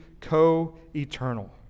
co-eternal